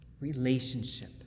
relationship